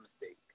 mistake